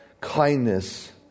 kindness